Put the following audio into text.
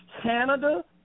Canada